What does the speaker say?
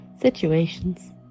situations